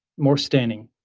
more standing,